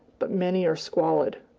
but many are squalid.